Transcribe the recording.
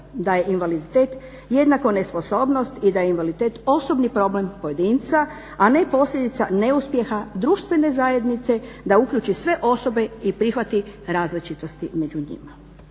da je invaliditet jednako nesposobnost i da je invaliditet osobni problem pojedinca, a ne posljedica neuspjeha društvene zajednice da uključi sve osobe i prihvati različitosti među njima.